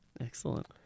Excellent